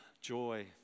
joy